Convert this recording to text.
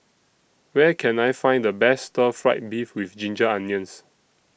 Where Can I Find The Best Stir Fried Beef with Ginger Onions